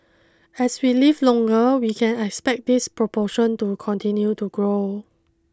as we live longer we can expect this proportion to continue to grow